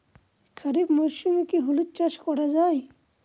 খরিফ মরশুমে কি হলুদ চাস করা য়ায়?